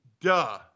Duh